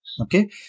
okay